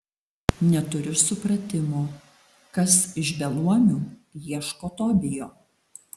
neturiu supratimo kas iš beluomių ieško tobijo